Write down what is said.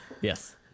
Yes